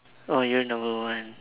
oh you are number one